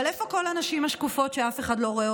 אבל איפה כל הנשים השקופות שאף אחד לא רואה